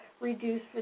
reduce